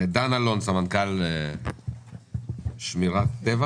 דן אלון, סמנכ"ל שמירת טבע